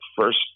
first